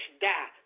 die